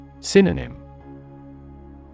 Synonym